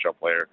player